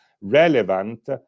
relevant